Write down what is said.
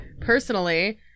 personally